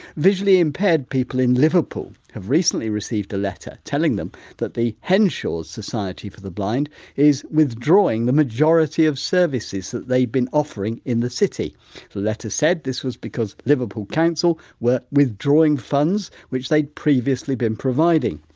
visually impaired people in liverpool have recently received a letter telling them that the henshaw society for the blind is withdrawing the majority of services that they'd been offering in the city. the letter said this was because liverpool council were withdrawing funds which they'd previously been providing.